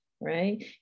right